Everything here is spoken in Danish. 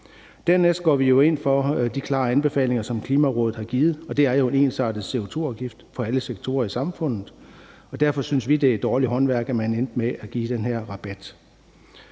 Dernæst går vi jo ind for de klare anbefalinger, som Klimarådet har givet, og det er jo en ensartet CO2-afgift for alle sektorer i samfundet. Derfor synes vi, det er dårligt håndværk, at man endte med at give den her rabat.